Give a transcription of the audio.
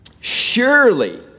surely